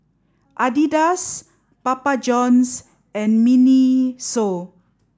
Adidas Papa Johns and Miniso